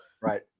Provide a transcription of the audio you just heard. right